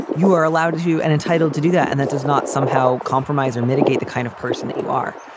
you are allowed as you and entitled to do that. and that does not somehow compromise or mitigate the kind of person that you are.